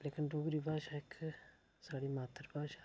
लेकिन डोगरी भाशा इक साढ़ी मात्तर भाशा